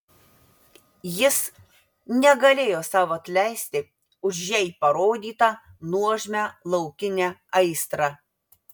jis negalėjo sau atleisti už jai parodytą nuožmią laukinę aistrą